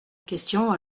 question